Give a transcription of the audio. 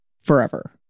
forever